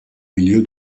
milieu